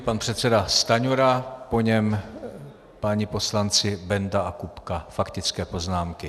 Pan předseda Stanjura, po něm páni poslanci Benda a Kupka faktické poznámky.